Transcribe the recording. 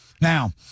Now